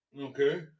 Okay